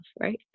right